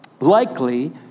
likely